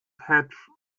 patch